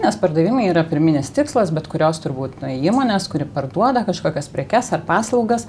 nes pardavimai yra pirminis tikslas bet kurios turbūt na įmonės kuri parduoda kažkokias prekes ar paslaugas